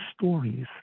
stories